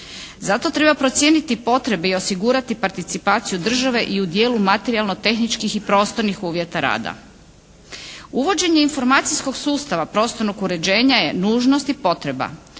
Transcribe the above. Zato treba procijeniti potrebe i osigurati participaciju države i u dijelu materijalno-tehničkih i prostornih uvjeta rada. Uvođenje informacijskog sustava prostornog uređenja je nužnost i potreba